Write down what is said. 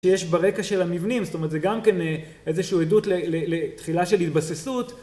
שיש ברקע של המבנים זאת אומרת זה גם כן איזושהי עדות לתחילה של התבססות